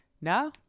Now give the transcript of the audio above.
no